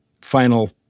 final